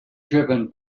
driven